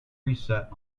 reset